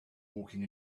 walking